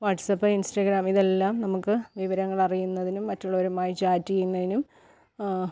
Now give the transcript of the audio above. WhatsApp Instagram ഇതെല്ലാം നമുക്ക് വിവരങ്ങൾ അറിയുന്നതിനും മറ്റുള്ളവരുമായി ചാറ്റ് ചെയ്യുന്നതിനും